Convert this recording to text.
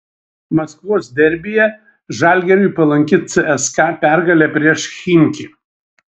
maskvos derbyje žalgiriui palanki cska pergalė prieš chimki